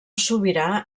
sobirà